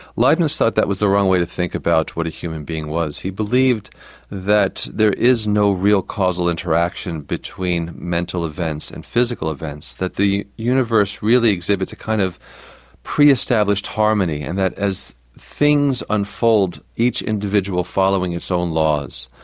leibniz thought that was the wrong way to think about what a human being was. he believed that there is no real causal interaction between mental advance and physical advance, that the universe really exhibits a kind of pre-established harmony, and that as things unfold, each individual following its own laws.